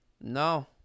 No